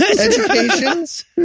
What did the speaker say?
educations